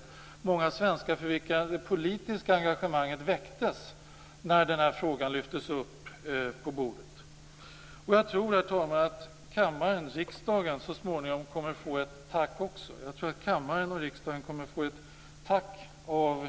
För många svenskar väcktes det politiska engagemanget när denna fråga lyftes upp på bordet. Jag tror, herr talman, att riksdagen så småningom också kommer att få ett tack av